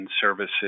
services